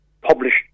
published